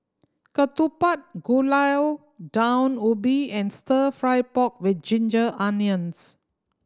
ketupat Gulai Daun Ubi and Stir Fry pork with ginger onions